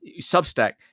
Substack